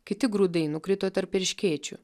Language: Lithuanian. kiti grūdai nukrito tarp erškėčių